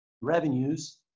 revenues